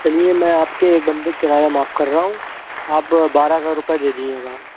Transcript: چلیے میں آپ کے ایک بندے کا کرایہ معاف کر رہا ہوں آپ بارہ ہزار روپے دے دیجیے گا